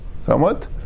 somewhat